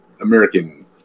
American